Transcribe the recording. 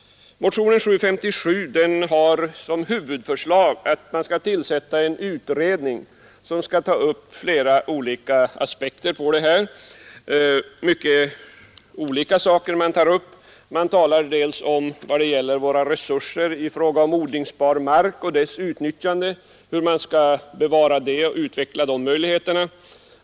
Motion 757 har som huvudförslag att en utredning skall tillsättas för att ta upp olika aspekter på resursanvändningen. Motionen behandlar många olika saker. Man talar om våra resurser i fråga om odlingsbar mark och dess utnyttjande och hur man skall bevara och utveckla dessa möjligheter.